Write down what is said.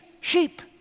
sheep